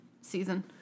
season